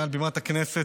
מעל בימת הכנסת,